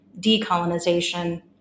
decolonization